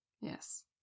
Yes